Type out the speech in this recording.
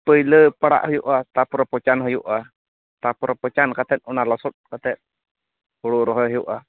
ᱯᱳᱭᱞᱳ ᱯᱟᱲᱟᱜ ᱦᱩᱭᱩᱜᱼᱟ ᱛᱟᱯᱚᱨᱮ ᱯᱚᱪᱟᱱ ᱦᱩᱭᱩᱜᱼᱟ ᱛᱟᱯᱚᱨᱮ ᱯᱚᱪᱟᱱ ᱠᱟᱛᱮᱫ ᱞᱚᱥᱚᱫ ᱠᱟᱛᱮᱫ ᱦᱳᱲᱳ ᱨᱚᱦᱚᱭ ᱦᱩᱭᱩᱜᱼᱟ